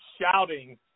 shouting